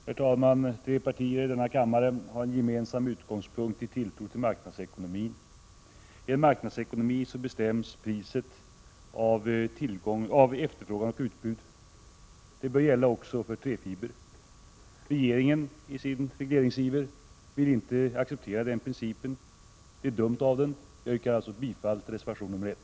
Herr talman! Tre partier i denna kammare har en gemensam utgångspunkt i tilltron till marknadsekonomin. I en marknadsekonomi bestäms priset av efterfrågan och utbud. Det bör gälla också för träfiber. Regeringen vill i sin regleringsiver inte acceptera den principen. Det är dumt av den. Jag yrkar alltså bifall till reservation 1.